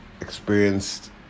experienced